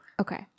Okay